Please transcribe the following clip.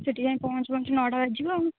ସେଇଠି ଯାଇଁ ପହଞ୍ଚୁ ପହଞ୍ଚୁ ନଅଟା ବାଜିଯିବ ଆଉ